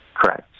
Correct